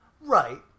Right